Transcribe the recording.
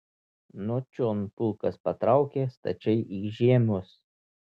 nuo čion pulkas patraukė stačiai į žiemius